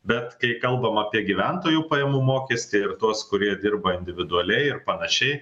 bet kai kalbam apie gyventojų pajamų mokestį ir tuos kurie dirba individualiai ir panašiai